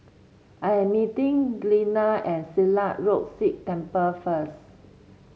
I am meeting Glenna at Silat Road Sikh Temple first